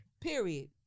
Period